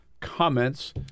comments